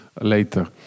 later